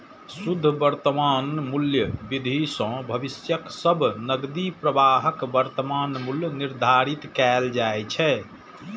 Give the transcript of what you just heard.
शुद्ध वर्तमान मूल्य विधि सं भविष्यक सब नकदी प्रवाहक वर्तमान मूल्य निर्धारित कैल जाइ छै